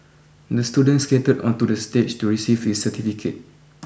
the student skated onto the stage to receive his certificate